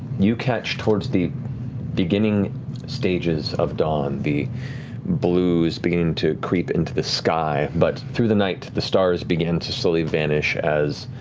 you catch towards the beginning stages of dawn, the blues beginning to creep into the sky, but through the night the stars began to slowly vanish as